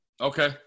Okay